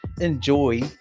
enjoy